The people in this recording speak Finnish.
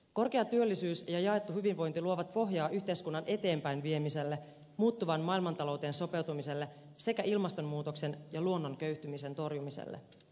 korkea työllisyys ja jaettu hyvinvointi luovat pohjaa yhteiskunnan eteenpäinviemiselle muuttuvaan maailmantalouteen sopeutumiselle sekä ilmastonmuutoksen ja luonnon köyhtymisen torjumiselle